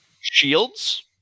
shields